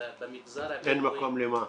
במגזר הבדואי -- אין מקום למה?